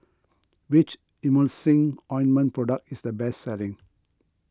which Emulsying Ointment Product is the best selling